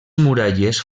muralles